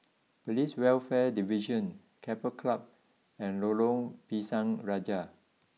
police Welfare Division Keppel Club and Lorong Pisang Raja